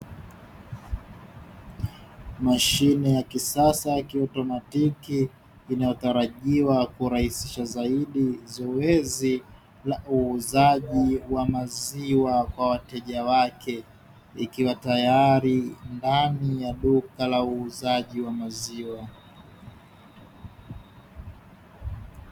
Mashine ya kisasa ya kiautomatiki inatarajiwa kurahisisha zaidi zoezi la uuzaji wa maziwa kwa wateja wake, ikiwa tayari ndani ya duka la wauzaji wa maziwa.